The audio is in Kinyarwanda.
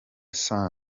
saa